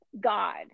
God